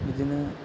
बिदिनो